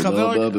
תודה רבה.